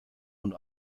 und